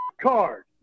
card